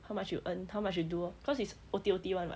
how much you earn how much you do lor cause it's O_T_O_T [one] [what]